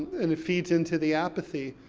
and it feeds into the apathy.